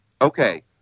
Okay